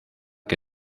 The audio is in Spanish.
que